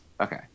Okay